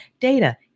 Data